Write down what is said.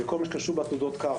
בכל הקשור בעתודות קרקע.